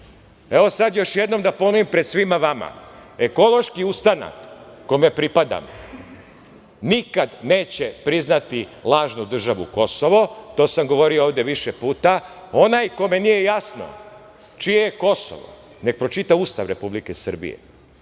Sad još jednom da ponovim pred svima vama – Ekološki ustanak, kome pripadam, nikad neće priznati lažnu državu Kosovo. To sam govorio ovde više puta. Onaj kome nije jasno čije je Kosovo nek pročita Ustav Republike Srbije,